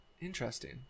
interesting